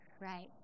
Right